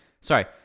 Sorry